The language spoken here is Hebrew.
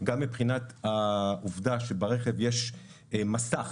גם מבחינת העובדה שברכב יש מסך